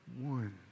one